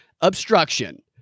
obstruction